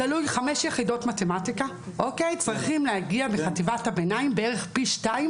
חמש יחידות מתמטיקה צריכים להגיע בחטיבת הביניים בערך פי שניים